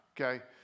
Okay